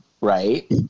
right